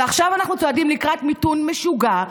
ועכשיו אנחנו צועדים לקראת מיתון משוגע,